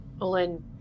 Olin